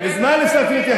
מזמן הפסקתי להתייחס אליך.